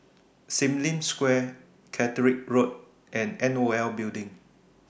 SIM Lim Square Caterick Road and NOL Building